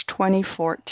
2014